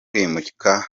kwimika